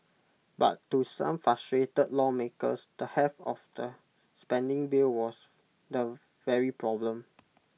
but to some frustrated lawmakers the heft of the spending bill was the very problem